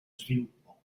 sviluppo